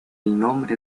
nombre